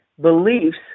beliefs